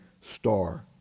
star